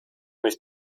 nicht